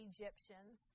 Egyptians